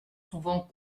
souvent